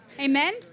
Amen